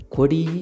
Kodi